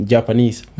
Japanese